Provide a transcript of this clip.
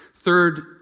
Third